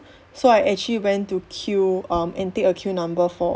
so I actually went to queue um and take a queue number for